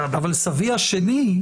סבי השני,